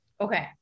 Okay